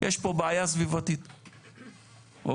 יש פה בעיה סביבתית, אוקיי?